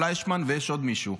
פליישמן ויש עוד מישהו.